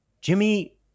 Jimmy